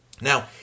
Now